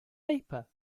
vapor